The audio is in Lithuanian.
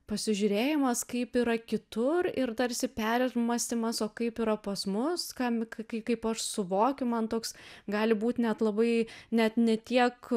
pasižiūrėjimas kaip yra kitur ir tarsi permąstymas o kaip yra pas mus kam kai kaip aš suvokiu man toks gali būt net labai net ne tiek